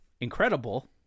incredible